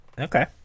Okay